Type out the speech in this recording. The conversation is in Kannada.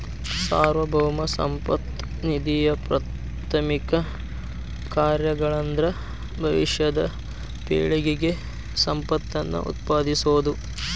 ಸಾರ್ವಭೌಮ ಸಂಪತ್ತ ನಿಧಿಯಪ್ರಾಥಮಿಕ ಕಾರ್ಯಗಳಂದ್ರ ಭವಿಷ್ಯದ ಪೇಳಿಗೆಗೆ ಸಂಪತ್ತನ್ನ ಉತ್ಪಾದಿಸೋದ